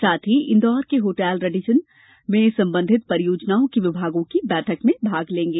साथ ही इंदौर के होटल रेडिसन में सम्बंधित परियोजनाओं के विभाग की बैठक में भाग लेंगे